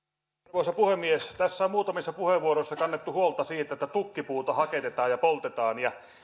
arvoisa puhemies tässä on muutamissa puheenvuoroissa kannettu huolta siitä että tukkipuuta haketetaan ja poltetaan